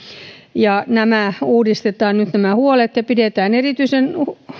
ja nämä huolet uudistetaan nyt ja pidetään erityisen